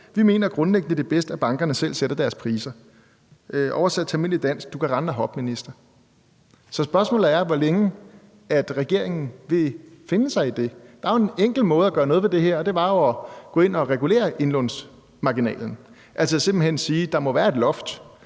at det er bedst, at bankerne selv sætter deres priser. Oversat til almindeligt dansk betyder det: Du kan rende og hoppe, minister. Så spørgsmålet er, hvor længe regeringen vil finde sig i det. Der er jo en enkel måde at gøre noget ved det her på, og det er jo at gå ind og regulere indlånsmarginalen, altså simpelt hen sige, at der må være et loft